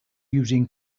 using